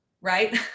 right